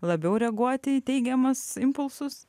labiau reaguoti į teigiamus impulsus